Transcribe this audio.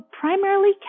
primarily